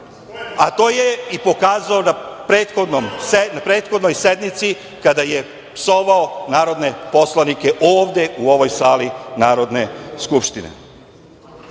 a to je i pokazao na prethodnoj sednici kada je psovao narodne poslanike ovde u ovoj sali Narodne skupštine. Ono